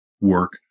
work